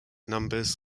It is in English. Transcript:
numbers